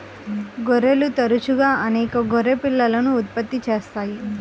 గొర్రెలు తరచుగా అనేక గొర్రె పిల్లలను ఉత్పత్తి చేస్తాయి